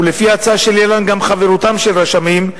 ולפי ההצעה שלהלן גם חברותם של רשמים,